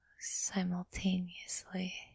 simultaneously